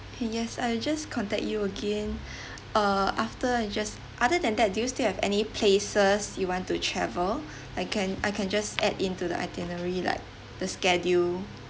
and yes I just contact you again uh after you just other than that do you still have any places you want to travel I can I can just add into the itinerary like the schedule